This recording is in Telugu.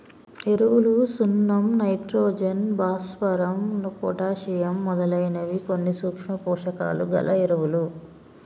ఎరువులు సున్నం నైట్రోజన్, భాస్వరం, పొటాషియమ్ మొదలైనవి కొన్ని సూక్ష్మ పోషకాలు గల ఎరువులు